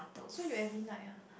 so you every night ah